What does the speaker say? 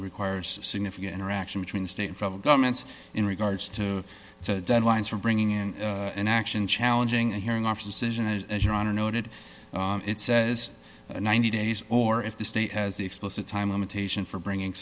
requires significant interaction between state and federal governments in regards to deadlines for bringing in an action challenging a hearing offices and as your honor noted it says ninety days or if the state has the explicit time limitation for bringing